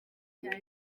cyane